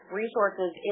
resources